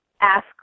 ask